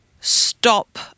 stop